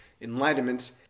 enlightenment